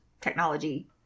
technology